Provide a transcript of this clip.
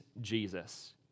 Jesus